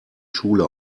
schule